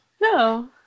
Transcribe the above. No